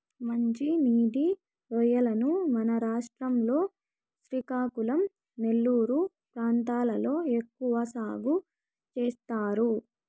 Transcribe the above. మంచి నీటి రొయ్యలను మన రాష్ట్రం లో శ్రీకాకుళం, నెల్లూరు ప్రాంతాలలో ఎక్కువ సాగు చేస్తారు